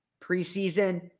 preseason